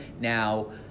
Now